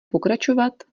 pokračovat